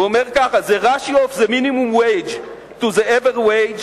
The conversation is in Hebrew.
הוא אומר כך: The ratio of the minimum wage to the average wage